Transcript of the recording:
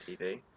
TV